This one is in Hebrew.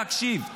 להקשיב.